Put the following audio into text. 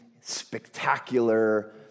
spectacular